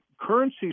currency